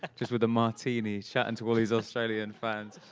like just with a martini, shouting to all these australian fans.